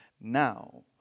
Now